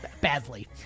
Badly